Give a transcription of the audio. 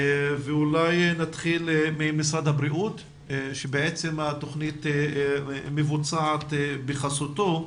אולי נתחיל ממשרד הבריאות שבעצם התוכנית מבוצעת בחסותו.